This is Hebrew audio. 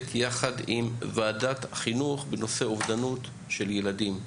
יחד עם ועדת חינוך בנושא אובדנות של ילדים.